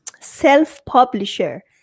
self-publisher